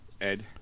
Ed